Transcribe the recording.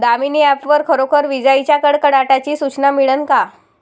Damini app वर खरोखर विजाइच्या कडकडाटाची सूचना मिळन का?